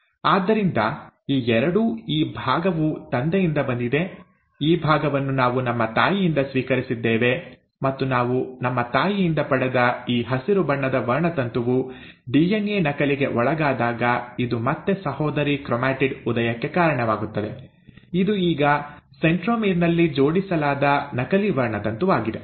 ಆದ್ದರಿಂದ ಈ ಎರಡೂ ಈ ಭಾಗವು ತಂದೆಯಿಂದ ಬಂದಿದೆ ಈ ಭಾಗವನ್ನು ನಾವು ನಮ್ಮ ತಾಯಿಯಿಂದ ಸ್ವೀಕರಿಸಿದ್ದೇವೆ ಮತ್ತು ನಾವು ನಮ್ಮ ತಾಯಿಯಿಂದ ಪಡೆದ ಈ ಹಸಿರು ಬಣ್ಣದ ವರ್ಣತಂತುವು ಡಿಎನ್ಎ ನಕಲಿಗೆ ಒಳಗಾದಾಗ ಇದು ಮತ್ತೆ ಸಹೋದರಿ ಕ್ರೊಮ್ಯಾಟಿಡ್ ಉದಯಕ್ಕೆ ಕಾರಣವಾಗುತ್ತದೆ ಇದು ಈಗ ಸೆಂಟ್ರೊಮೀರ್ ನಲ್ಲಿ ಜೋಡಿಸಲಾದ ನಕಲಿ ವರ್ಣತಂತುವಾಗಿದೆ